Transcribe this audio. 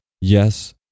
yes